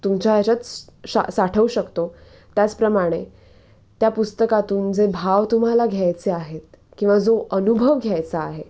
तुमच्या ह्याच्यात शा साठवू शकतो त्याचप्रमाणे त्या पुस्तकातून जे भाव तुम्हाला घ्यायचे आहेत किंवा जो अनुभव घ्यायचा आहे